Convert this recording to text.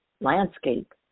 landscape